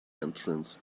entrance